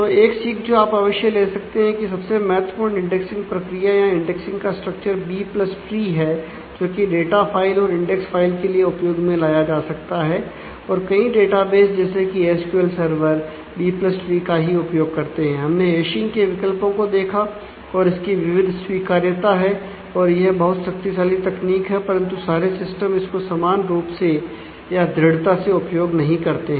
तो एक सीख जो आप अवश्य ले सकते हैं की सबसे महत्वपूर्ण इंडेक्सिंग प्रक्रिया या इंडेक्सिंग का स्ट्रक्चर इसको समान रूप से या दृढ़ता से उपयोग नहीं करते हैं